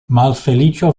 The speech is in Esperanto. malfeliĉo